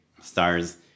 stars